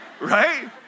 right